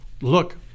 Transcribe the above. look